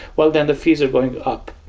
well, then the fees are going up.